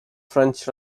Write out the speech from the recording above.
french